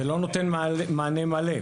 זה לא נותן מענה מלא.